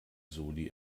soli